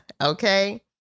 Okay